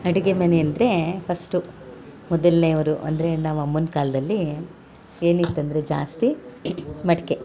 ಅಡಿಗೆ ಮನೆ ಅಂದರೆ ಫಸ್ಟು ಮೊದಲನೇಯವ್ರು ಅಂದರೆ ನಮ್ಮ ಅಮ್ಮನ ಕಾಲದಲ್ಲಿ ಏನಿತ್ತಂದರೆ ಜಾಸ್ತಿ ಮಡಿಕೆ